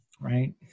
right